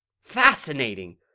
Fascinating